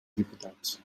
diputats